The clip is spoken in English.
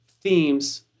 themes